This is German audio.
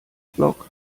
block